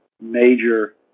major